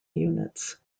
units